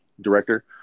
director